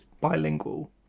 bilingual